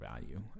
value